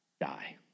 die